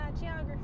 geography